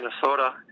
Minnesota